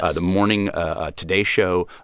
ah the morning ah today show,